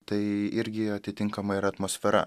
tai irgi atitinkamai ir atmosfera